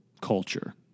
culture